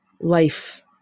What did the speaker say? life